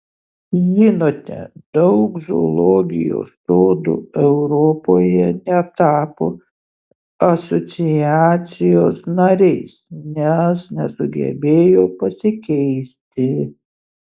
žinote daug zoologijos sodų europoje netapo asociacijos nariais nes nesugebėjo pasikeisti